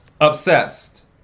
Obsessed